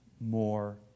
more